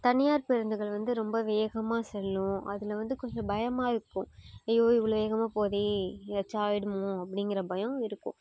தனியார் பேருந்துகள் வந்து ரொம்ப வேகமாக செல்லும் அதில் வந்து கொஞ்சம் பயமாக இருக்கும் ஐயையோ எவ்வளோ வேகமாக போகுதே எதாச்சும் ஆகிடுமோ அப்படிங்குற பயம் இருக்கும்